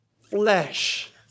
flesh